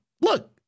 look